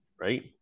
right